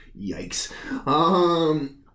Yikes